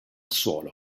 suolo